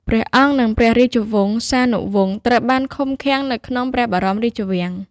ព្រះអង្គ និងព្រះរាជវង្សានុវង្សត្រូវបានឃុំឃាំងនៅក្នុងព្រះបរមរាជវាំង។